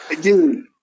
Dude